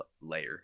layer